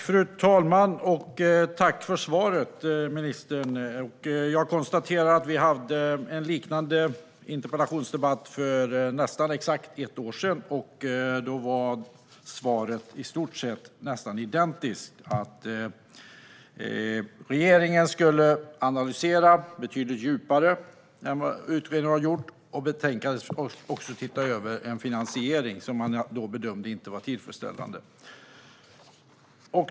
Fru talman! Tack för svaret, ministern! Jag konstaterar att vi hade en liknande interpellationsdebatt för nästan exakt ett år sedan och att svaret då var i stort sett identiskt: att regeringen skulle analysera betydligt djupare än vad utredningen har gjort och att man även skulle se över finansieringen, som inte bedömdes vara tillfredsställande.